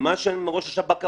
מה שראש השב"כ אמר,